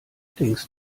denkst